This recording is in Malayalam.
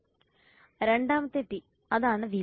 രണ്ടാമത്തെ പി അതാണ് വില